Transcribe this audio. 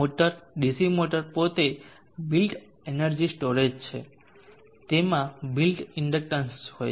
motor DC motor પોતે built energy storage છે તેમાં બિલ્ટ ઇન્ડક્ટન્સ હોય છે